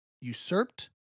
usurped